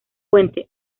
fuente